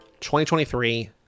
2023